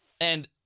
And-